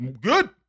Good